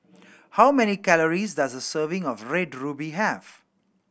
how many calories does a serving of Red Ruby have